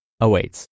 awaits